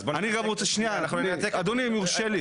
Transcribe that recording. אז בוא --- אני גם רוצה, אדוני, אם יורשה לי.